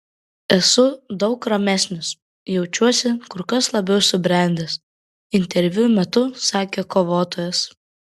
esu daug ramesnis jaučiuosi kur kas labiau subrendęs interviu metu sakė kovotojas